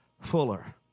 fuller